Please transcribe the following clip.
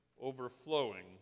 overflowing